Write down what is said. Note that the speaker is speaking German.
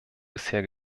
bisher